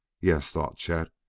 yes, thought chet,